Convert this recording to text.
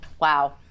Wow